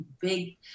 big